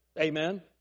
Amen